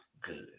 good